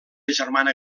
germana